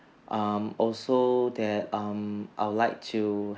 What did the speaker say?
um also that um I would like to